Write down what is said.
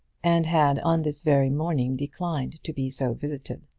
and had on this very morning declined to be so visited.